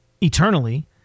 eternally